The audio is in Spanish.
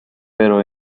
pero